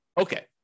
Okay